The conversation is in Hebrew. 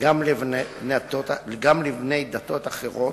גם לבני דתות אחרות,